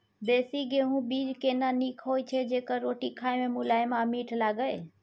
देसी गेहूँ बीज केना नीक होय छै जेकर रोटी खाय मे मुलायम आ मीठ लागय?